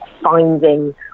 finding